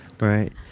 Right